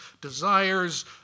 desires